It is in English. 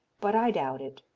but i doubt it.